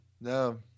no